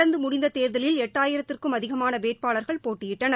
நடந்து முடிந்த தேர்தலில் எட்டாயிரத்திற்கும் அதிகமான வேட்பாளர்கள் போட்டியிட்டனர்